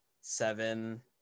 seven